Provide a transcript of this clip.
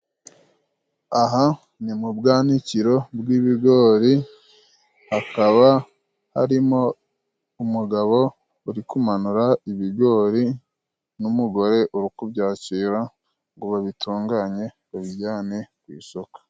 Aha ni mu bwanikiro bw'ibigori, hakaba harimo umugabo uri kumanura ibigori n'umugore uri kubyakira ngo babitunganye babijyane ku isoko.